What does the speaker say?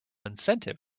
incentive